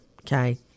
okay